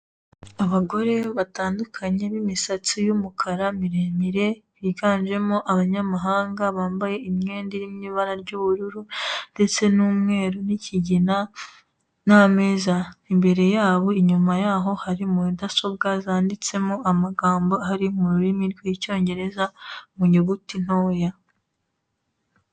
Abagore batandukanye b'imisatsi y'umukara miremire, biganjemo abanyamahanga bambaye imyenda iri mu ibara ry'ubururu ndetse n'umweru n'ikigina n'ameza. Imbere yabo, inyuma yaho hari mudasobwa zanditsemo amagambo ari mu rurimi rw'Icyongereza mu nyuguti ntoya.